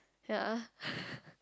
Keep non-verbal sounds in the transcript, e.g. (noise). ya (laughs)